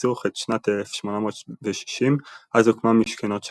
הסכסוך את שנת 1860, אז הוקמה משכנות שאננים.